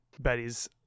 Betty's